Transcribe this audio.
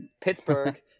Pittsburgh